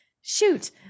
shoot